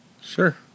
Sure